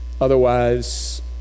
otherwise